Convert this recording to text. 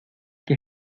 que